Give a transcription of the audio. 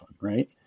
right